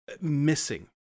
missing